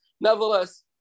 Nevertheless